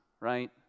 right